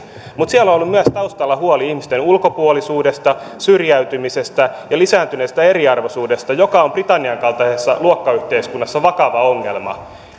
mutta siellä on myös ollut taustalla huoli ihmisten ulkopuolisuudesta syrjäytymisestä ja lisääntyneestä eriarvoisuudesta joka on britannian kaltaisessa luokkayhteiskunnassa vakava ongelma